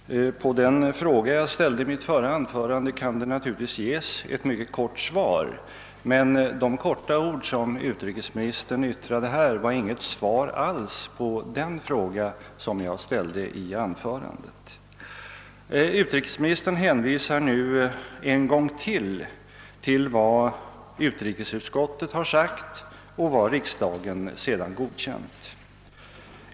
Herr talman! På den fråga som jag ställde i mitt anförande kan det naturligtvis ges ett mycket kort svar. Men de få ord som utrikesministern yttrade var inget svar alls på frågan. Utrikesministern hänvisar återigen till vad utrikesutskottet har uttalat och vad riksdagen sedan godkänt.